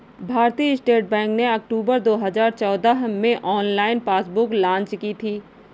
भारतीय State Bank ने अक्टूबर दो हजार चौदह में ऑनलाइन पासबुक लॉन्च की थी